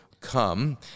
come